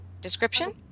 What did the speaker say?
description